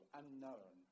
unknown